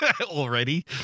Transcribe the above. already